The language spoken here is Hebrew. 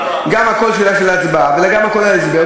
גם הקול שלה בהצבעה וגם הקול בהסבר,